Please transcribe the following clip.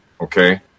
Okay